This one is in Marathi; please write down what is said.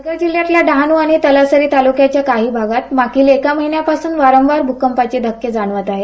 पालघर जिल्ह्यातल्या डहाणू आणि तलासरी तालुक्याच्या काही भागात मागील एका महिन्यापासून वारवार भूकंपाचे धक्के जाणवत आहेत